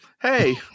hey